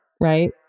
right